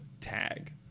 tag